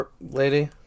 lady